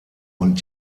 und